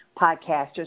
podcasters